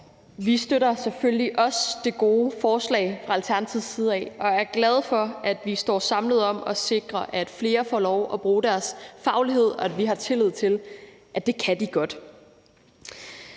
Vi støtter selvfølgelig også det gode forslag fra Alternativet og er glade for, at vi står samlet om at sikre, at flere får lov at bruge deres faglighed, og at vi har tillid til, at det kan de godt.